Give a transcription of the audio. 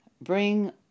bring